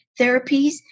therapies